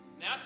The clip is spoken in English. Now